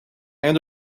and